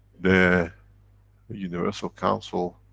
the universal council,